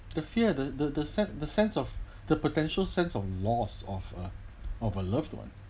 the fear that the the set the sense of the potential sense of loss of a of a loved one